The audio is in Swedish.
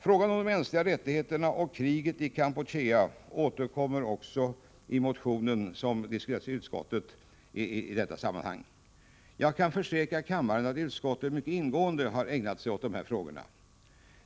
Frågan om de mänskliga rättigheterna och kriget i Kampuchea återkommer också i den motion som diskuterats av utskottet i detta sammanhang. Jag kan försäkra kammaren att utskottet mycket ingående har ägnat sig åt dessa frågor.